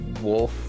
wolf